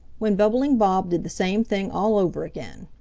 when bubbling bob did the same thing all over again.